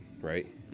right